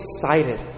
excited